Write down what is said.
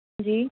جی